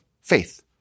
faith